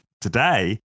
today